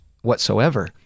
whatsoever